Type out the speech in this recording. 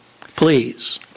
please